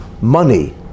money